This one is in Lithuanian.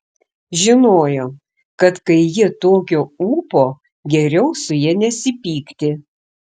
žinojo kad kai ji tokio ūpo geriau su ja nesipykti